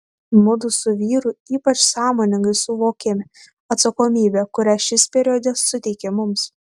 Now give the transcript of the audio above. mudu su vyru ypač sąmoningai suvokėme atsakomybę kurią šis periodas suteikė mums